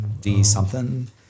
D-something